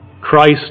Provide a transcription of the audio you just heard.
Christ